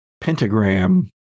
pentagram